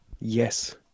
Yes